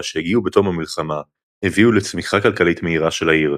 שהגיעו בתום המלחמה הביאו לצמיחה כלכלית מהירה של העיר,